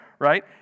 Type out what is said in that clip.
right